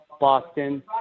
Boston